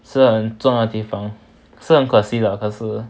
是很重要的地方是很可惜 lah 可是